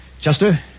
Chester